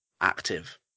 active